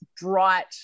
bright